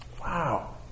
wow